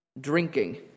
drinking